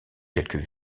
quelques